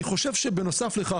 אני חושב שבנוסף לכך,